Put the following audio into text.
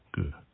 Good